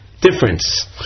difference